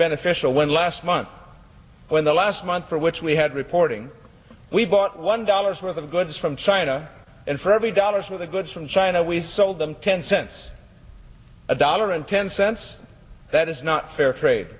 beneficial when last month when the last month for which we had reporting we bought one dollar's worth of goods from china and for every dollars for the goods from china we sold them ten cents a dollar and ten cents that is not